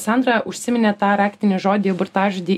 sandra užsiminė tą raktinį žodį burtažodį